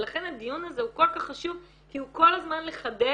ולכן הדיון הזה הוא כל כך חשוב כי הוא כל הזמן לחדד